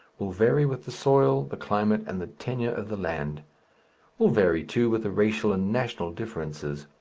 will vary with the soil, the climate and the tenure of the land will vary, too, with the racial and national differences.